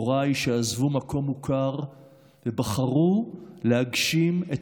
הוריי עזבו מקום מוכר ובחרו להגשים את